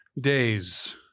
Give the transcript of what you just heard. days